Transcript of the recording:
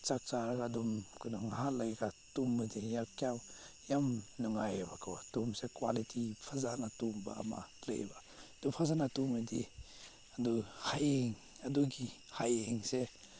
ꯆꯥꯛ ꯆꯥꯔꯒ ꯑꯗꯨꯝ ꯑꯩꯈꯣꯏꯅ ꯉꯥꯏꯍꯥꯛ ꯂꯩꯔꯒ ꯇꯨꯝꯗꯗꯤ ꯀꯌꯥ ꯌꯥꯝ ꯅꯨꯡꯉꯥꯏꯌꯦꯕꯀꯣ ꯇꯨꯝꯕꯁꯦ ꯀ꯭ꯋꯥꯂꯤꯇꯤ ꯐꯖꯅ ꯇꯨꯝꯕ ꯑꯃ ꯂꯩꯌꯦꯕ ꯑꯗꯣ ꯐꯖꯅ ꯇꯨꯝꯂꯗꯤ ꯑꯗꯨ ꯍꯌꯦꯡ ꯑꯗꯨꯒꯤ ꯍꯌꯦꯡꯁꯦ